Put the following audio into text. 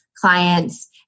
clients